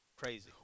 crazy